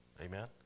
Amen